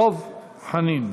דב חנין.